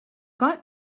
got